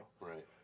Right